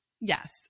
Yes